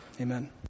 Amen